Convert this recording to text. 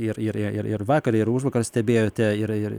ir ir ir vakar ir užvakar stebėjote yra ir